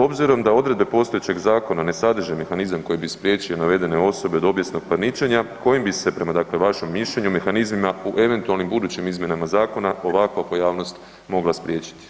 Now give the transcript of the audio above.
Obzirom da odredbe postojećeg zakona ne sadrže mehanizam koji bi spriječio navedene osobe od obijesnog parničenja kojim bi se, prema dakle vašem mišljenju, mehanizmima u eventualnim budućim izmjenama zakona ovakva pojavnost mogla spriječiti.